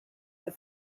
the